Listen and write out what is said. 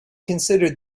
considered